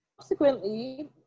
subsequently